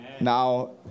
Now